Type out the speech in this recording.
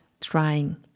trying